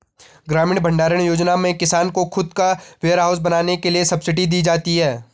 ग्रामीण भण्डारण योजना में किसान को खुद का वेयरहाउस बनाने के लिए सब्सिडी दी जाती है